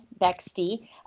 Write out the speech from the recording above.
Bexty